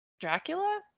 Dracula